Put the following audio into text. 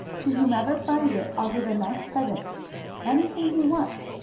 to whomever finds it i'll give a nice present anything he wants.